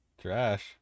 Trash